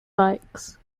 bikes